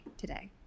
today